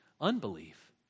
unbelief